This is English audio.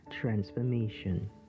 transformation